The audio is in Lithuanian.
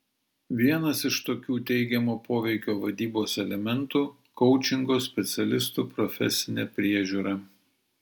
vienas iš tokių teigiamo poveikio vadybos elementų koučingo specialistų profesinė priežiūra